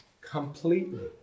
completely